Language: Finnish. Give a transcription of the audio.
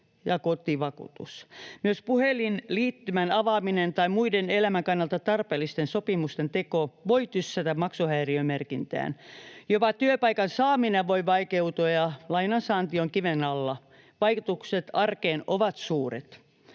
ja kotivakuutus. Myös puhelinliittymän avaaminen tai muiden elämän kannalta tarpeellisten sopimusten teko voi tyssätä maksuhäiriömerkintään. Jopa työpaikan saaminen voi vaikeutua, ja lainan saanti on kiven alla. Vaikutukset arkeen ovat suuret.